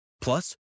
Plus